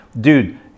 dude